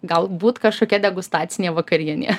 galbūt kažkokia degustacinė vakarienė